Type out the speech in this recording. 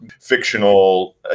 fictional